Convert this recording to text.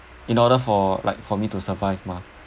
in order for like for me to survive mah